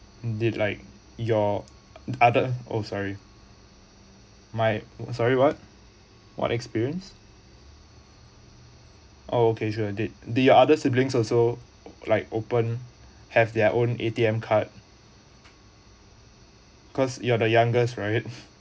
delight your other oh sorry my sorry what what experience oh okay so they did the other siblings also like open have their own A_T_M card cause you are the youngest right